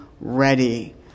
ready